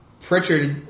Pritchard